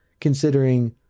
considering